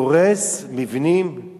גם שם הוא כבר לא חסין מפני הבדיקה.